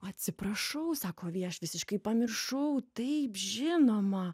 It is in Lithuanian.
atsiprašau sako avie aš visiškai pamiršau taip žinoma